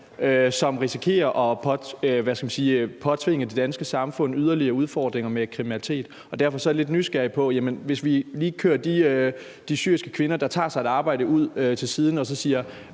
som risikerer at påføre det danske samfund yderligere udfordringer med kriminalitet. Derfor er jeg lidt nysgerrig på at høre ordførerens svar, hvis vi lige kører de syriske kvinder, der tager sig et arbejde, ud til siden og så